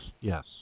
yes